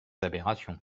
aberrations